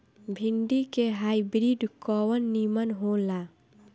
भिन्डी के हाइब्रिड कवन नीमन हो ला?